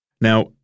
Now